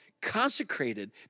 consecrated